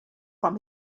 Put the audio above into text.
from